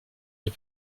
les